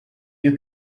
you